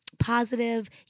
positive